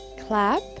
clap